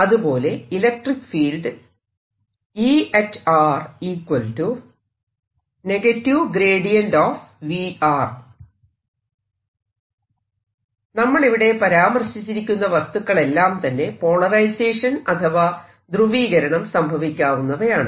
അതുപോലെ electric field നമ്മളിവിടെ പരാമർശിച്ചിരിക്കുന്ന വസ്തുക്കളെല്ലാം തന്നെ പോളറൈസേഷൻ അഥവാ ധ്രുവീകരണം സംഭവിക്കാവുന്നവയാണ്